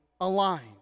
aligned